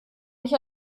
mich